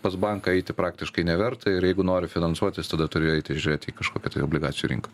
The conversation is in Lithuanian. pas banką eiti praktiškai neverta ir jeigu nori finansuotis tada turi eiti žiūrėti į kažkokią tai obligacijų rinką